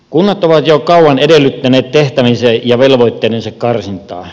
kunnat ovat jo kauan edellyttäneet tehtäviensä ja velvoitteidensa karsintaa